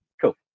Cool